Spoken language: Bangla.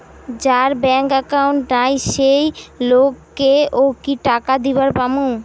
যার ব্যাংক একাউন্ট নাই সেই লোক কে ও কি টাকা দিবার পামু?